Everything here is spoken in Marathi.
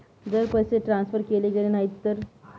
जर पैसे ट्रान्सफर केले गेले नाही तर?